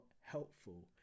helpful